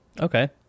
Okay